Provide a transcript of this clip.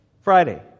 Friday